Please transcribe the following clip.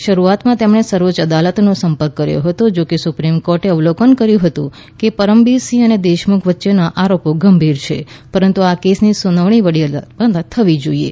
શરૂઆતમાં તેમણે સર્વોચ્ય અદાલતનો સંપર્ક કર્યો હતો જો કે સુપ્રીમ કોર્ટે અવલોકન કર્યું હતું કે પરમબીર સિંહ અને દેશમુખ વચ્ચેના આરોપો ગંભીર છે પરંતુ આ કેસની સુનાવણી વડી અદાલતમાં થવી જોઈએ